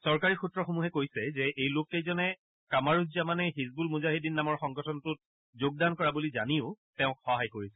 চৰকাৰী সূত্ৰসমূহে কৈছে যে এই লোককেইজনে কামাৰুজ জামানে হিজবুল মুজাহিদিন নামৰ সংগঠনটোত যোগদান কৰা বুলি জানিও তেওঁক সহায় কৰিছিল